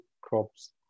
crops